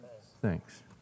thanks